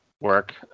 work